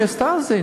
היא עשתה את זה,